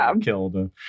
killed